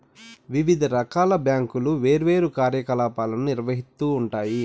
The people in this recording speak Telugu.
వివిధ రకాల బ్యాంకులు వేర్వేరు కార్యకలాపాలను నిర్వహిత్తూ ఉంటాయి